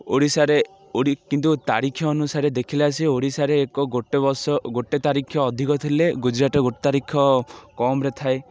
ଓଡ଼ିଶାରେ କିନ୍ତୁ ତାରିଖ ଅନୁସାରେ ଦେଖିଲା ସେ ଓଡ଼ିଶାରେ ଏକ ଗୋଟେ ବର୍ଷ ଗୋଟେ ତାରିଖ ଅଧିକ ଥିଲେ ଗୁଜୁରାଟରେ ଗୋଟେ ତାରିଖ କମରେ ଥାଏ